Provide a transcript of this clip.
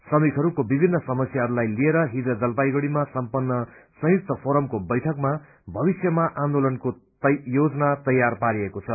श्रमिकहरूको विभिन्न समस्यहरूलाई लिएर हिज जलपाईगड़ीमा सम्पन्न संयुक्त फोरमको बैठकमा भविष्यमा आन्दोलन गर्ने योजना तैयार पारिएको छ